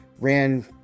ran